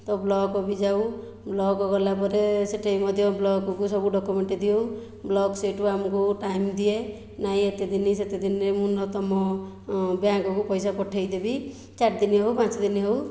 ତ ବ୍ଲକ୍ ବି ଯାଉ ବ୍ଲକ୍ ଗଲା ପରେ ସେଠି ମଧ୍ୟ ବ୍ଲକ୍କୁ ସବୁ ଡକ୍ୟୁମେଣ୍ଟ ଦେଉ ବ୍ଲକ୍ ସେଠୁ ଆମକୁ ଟାଇମ୍ ଦିଏନାହିଁ ଏତେ ଦିନ ସେତେଦିନରେ ମୁଁ ତୁମ ବ୍ୟାଙ୍କ୍କୁ ପଇସା ପଠାଇଦେବି ଚାରିଦିନ ହେଉ ପାଞ୍ଚଦିନ ହେଉ